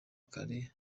kare